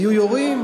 היו יורים?